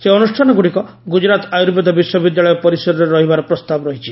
ସେହି ଅନୁଷାନ ଗୁଡ଼ିକ ଗୁଜୁରାଟ ଆର୍ୟୁବେଦ ବିଶ୍ୱବିଦ୍ୟାଳୟ ପରିସରରେ ରହିବାର ପ୍ରସ୍ତାବ ରହିଛି